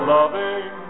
loving